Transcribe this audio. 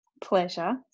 Pleasure